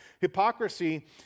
hypocrisy